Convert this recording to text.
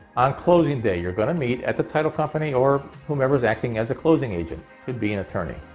on closing day, you're gonna meet at the title company or whomever is acting as a closing agent. could be an attorney.